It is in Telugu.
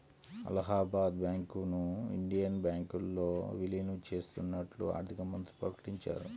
అలహాబాద్ బ్యాంకును ఇండియన్ బ్యాంకులో విలీనం చేత్తన్నట్లు ఆర్థికమంత్రి ప్రకటించారు